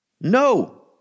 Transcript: No